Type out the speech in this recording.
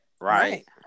right